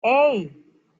hey